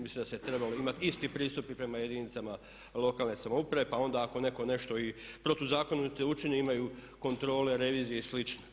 Mislim da se trebalo imati isti pristup i prema jedinicama lokalne samouprave, pa onda ako netko nešto i protuzakonito učini imaju kontrole revizije i slično.